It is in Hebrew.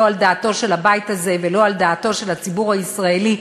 לא על דעתו של הבית הזה ולא על דעתו של הציבור הישראלי,